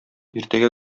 иртәгә